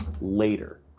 later